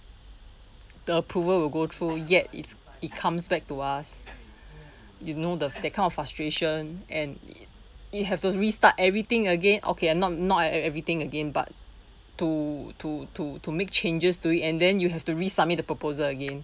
the approval will go through yet it's it comes back to us you know the that kind of frustration and you have to restart everything again okay and not not everything again but to to to to make changes to it and then you have to resubmit the proposal again